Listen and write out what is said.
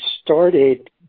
started